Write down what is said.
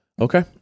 okay